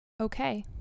okay